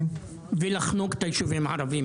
ולחנוק את היישובים הערביים.